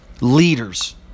leaders